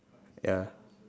ya